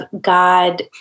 God